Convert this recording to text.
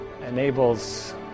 enables